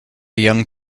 young